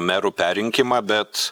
merų perrinkimą bet